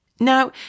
Now